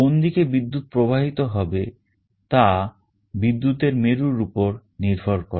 কোন দিকে বিদ্যুৎ প্রবাহিত হবে তা বিদ্যুতের মেরুর উপর নির্ভর করে